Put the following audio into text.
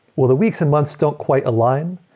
well, the weeks and months don't quite align,